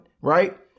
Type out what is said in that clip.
right